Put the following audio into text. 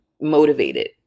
motivated